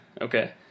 Okay